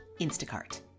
Instacart